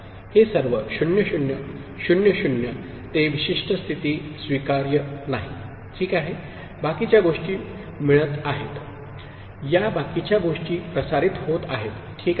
हे सर्व 0 0 0 0 ते विशिष्ट स्थिती स्वीकार्य नाही ठीक आहेबाकीच्या गोष्टी मिळत आहेत या बाकीच्या गोष्टी प्रसारित होत आहेत ठीक आहे